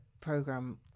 program